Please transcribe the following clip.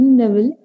level